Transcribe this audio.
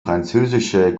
französische